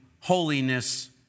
holiness